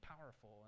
powerful